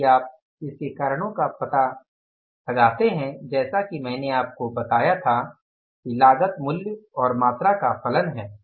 यदि आप इसके कारणों का पता करते है जैसा कि मैंने आपको बताया था कि लागत मूल्य और मात्रा का फलन है